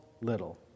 little